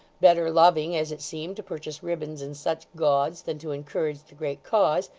better loving, as it seemed, to purchase ribbons and such gauds, than to encourage the great cause,